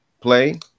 play